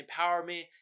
empowerment